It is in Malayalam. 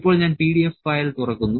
ഇപ്പോൾ ഞാൻ PDF ഫയൽ തുറക്കുന്നു